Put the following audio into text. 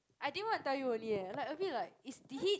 I didn't want to tell you only leh like a bit like it's did he